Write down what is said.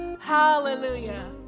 Hallelujah